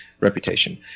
reputation